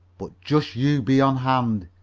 but just you be on hand.